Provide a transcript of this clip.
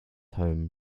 home